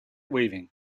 weaving